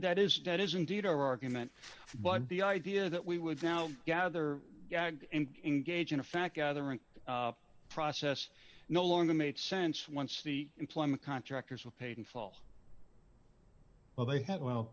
that is dead is indeed our argument but the idea that we would now gather and engage in a fact gathering process no longer made sense once the employment contractors were paid in full well they had well